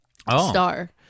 star